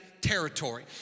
territory